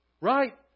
Right